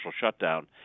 shutdown